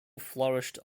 flourished